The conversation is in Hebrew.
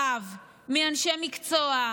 חברת הכנסת גוטליב,